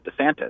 DeSantis